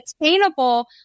attainable